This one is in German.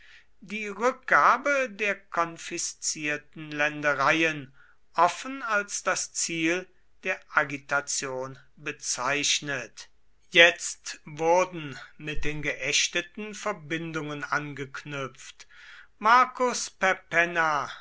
die rückgabe der konfiszierten ländereien offen als das ziel der agitation bezeichnet jetzt wurden mit den geächteten verbindungen angeknüpft marcus